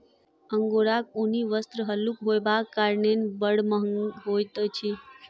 अंगोराक ऊनी वस्त्र हल्लुक होयबाक कारणेँ बड़ महग होइत अछि